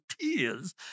tears